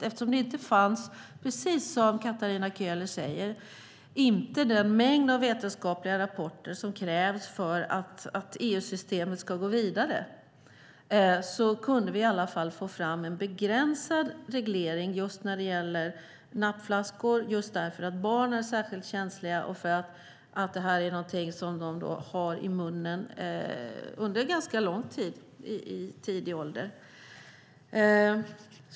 Eftersom det precis som Katarina Köhler säger inte fanns den mängd av vetenskapliga rapporter som krävs för att EU-systemet ska gå vidare kunde vi i alla fall få fram en begränsad reglering just av nappflaskor eftersom barn är särskilt känsliga och detta är något de har i munnen under en ganska lång tid i tidig ålder.